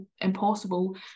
impossible